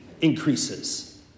increases